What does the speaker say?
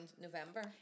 November